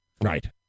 Right